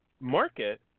market